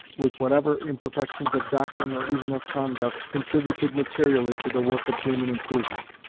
with whatever imperfections of doctrine or even of conduct, contributed materially to the work of human improvement.